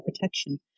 protection